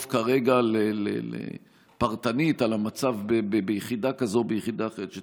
כרגע פרטנית על המצב ביחידה כזו או ביחידה אחרת,